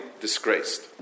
disgraced